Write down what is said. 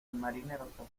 marinero